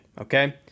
okay